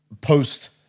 post